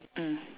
mm